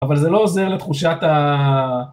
אבל זה לא עוזר לתחושת ה...